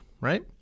right